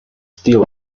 steel